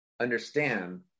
understand